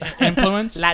Influence